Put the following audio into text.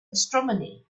astronomy